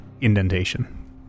indentation